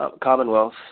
Commonwealth